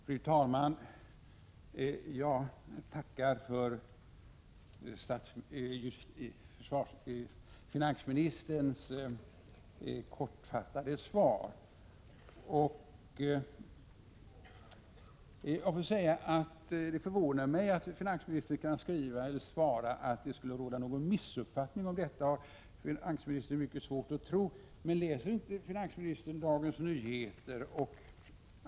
Fru talman! Jag tackar för finansministerns kortfattade svar. Det förvånar mig att finansministern kan svara: ”Att det skulle råda någon missuppfattning om detta har jag svårt att tro.” Läser inte finansministern Dagens Nyheter?